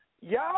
y'all